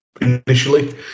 initially